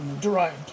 derived